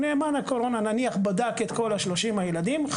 נאמן הקורונה נניח בדק את כל 30 הילדים.